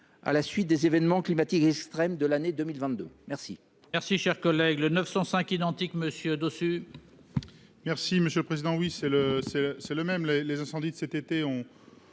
à la suite des événements climatiques extrêmes de l'année 2022. La